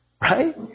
right